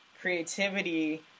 Creativity